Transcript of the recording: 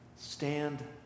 Stand